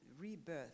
rebirth